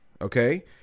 Okay